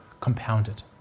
compounded